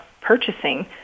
purchasing